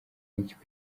n’ikigo